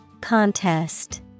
Contest